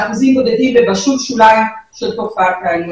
באחוזים בודדים ובשול שוליים של תופעת העלייה.